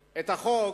בחוק,